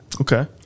Okay